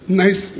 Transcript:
nice